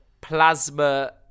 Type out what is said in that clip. plasma